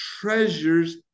treasures